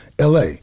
LA